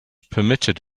permitted